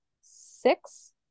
six